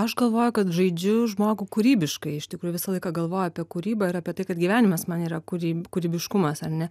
aš galvoju kad žaidžiu žmogų kūrybiškai iš tikrųjų visą laiką galvoju apie kūrybą ir apie tai kad gyvenimas man yra kūryb kūrybiškumas ar ne